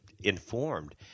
informed